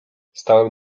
stałem